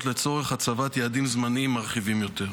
לצורך הצבת יעדים זמניים מרחיבים יותר.